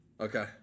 Okay